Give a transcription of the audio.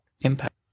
impact